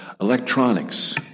Electronics